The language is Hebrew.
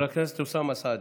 חבר הכנסת אוסאמה סעדי,